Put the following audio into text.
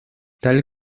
tal